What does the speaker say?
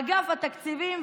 אגף התקציבים,